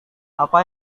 apa